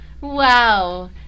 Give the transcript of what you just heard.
Wow